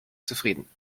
zufrieden